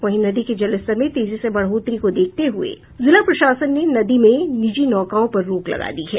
वहीं नदी के जलस्तर में तेजी से बढ़ोतरी को देखते हुए जिला प्रशासन ने नदी में निजी नौकाओं पर रोक लगा दी है